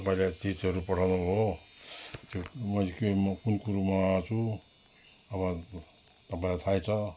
तपाईँले चिजहरू पठाउनु भयो त्यो मैले के कुन कुरोमा मगाएको छु अब तपाईँलाई थाहै छ